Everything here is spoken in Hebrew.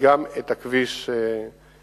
גם את הכביש הזה.